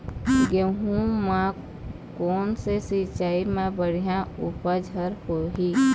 गेहूं म कोन से सिचाई म बड़िया उपज हर होही?